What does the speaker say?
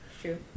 true